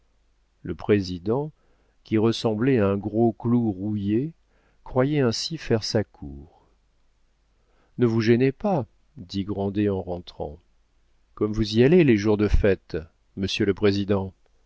le président qui ressemblait à un grand clou rouillé croyait ainsi faire sa cour ne vous gênez pas dit grandet en rentrant comme vous y allez les jours de fête monsieur le président